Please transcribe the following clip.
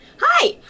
Hi